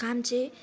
काम चाहिँ